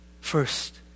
First